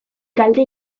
galde